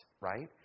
right